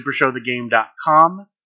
Supershowthegame.com